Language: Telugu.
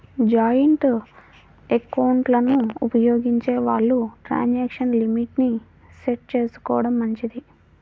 జాయింటు ఎకౌంట్లను ఉపయోగించే వాళ్ళు ట్రాన్సాక్షన్ లిమిట్ ని సెట్ చేసుకోడం మంచిది